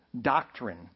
doctrine